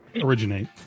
originate